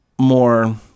more